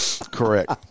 Correct